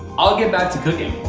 i'll get back to cooking,